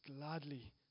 gladly